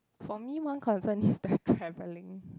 for me one concern is the traveling